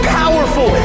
powerful